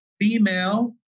female